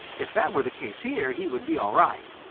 if that were the case here, he would be all right.